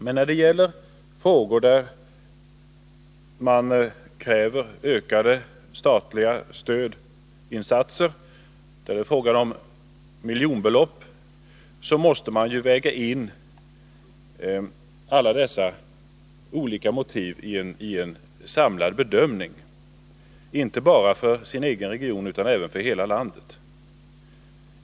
Men när det gäller frågor där man kräver ökade statliga stödinsatser för miljonbelopp måste man väga in alla dessa olika motiv i en samlad bedömning — inte bara för sin egen region utan för hela landet.